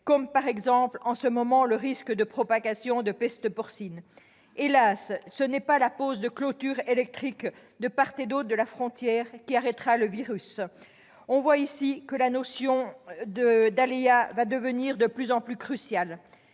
comme, en ce moment, le risque de propagation de la peste porcine. Hélas, ce n'est pas la pose de clôtures électriques de part et d'autre de la frontière qui arrêtera le virus ! On voit ici que la notion d'aléa va devenir de plus en plus cruciale.